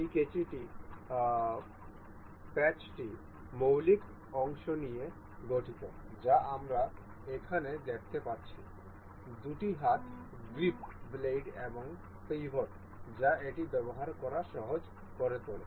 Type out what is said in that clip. এই কাঁচিটি পাঁচটি মৌলিক অংশ নিয়ে গঠিত যা আমরা এখানে দেখতে পাচ্ছি দুটি হাত গ্রিপ ব্লেড এবং পিভট যা এটি ব্যবহার করা সহজ করে তোলে